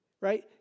right